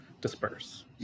disperse